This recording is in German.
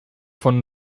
von